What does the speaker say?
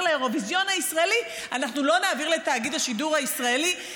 לאירוויזיון הישראלי לא נעביר לתאגיד השידור הישראלי,